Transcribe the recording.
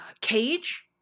Cage